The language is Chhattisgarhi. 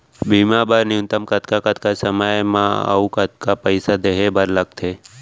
बीमा बर न्यूनतम कतका कतका समय मा अऊ कतका पइसा देहे बर लगथे